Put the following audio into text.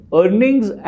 earnings